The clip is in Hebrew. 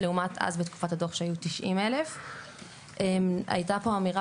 לעומת אז בתקופת הדו"ח שהיו 90,000. היתה פה אמירה